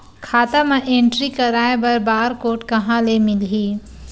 खाता म एंट्री कराय बर बार कोड कहां ले मिलही?